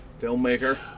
filmmaker